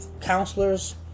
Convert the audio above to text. Counselors